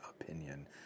opinion